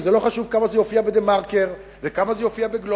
וזה לא חשוב כמה זה יופיע ב"דה-מרקר" וכמה זה יופיע ב"גלובס"